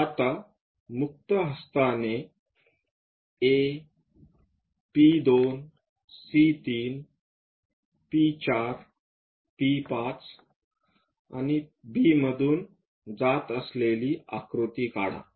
आता मुक्त हस्ताने A P2 C3 P4 P5 आणि B मधून जात असलेले आकृती काढा